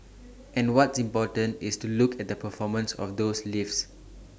and what's important is to look at the performance of those lifts